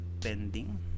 pending